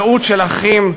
רעות של אחים,